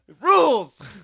Rules